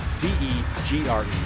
D-E-G-R-E